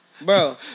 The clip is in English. Bro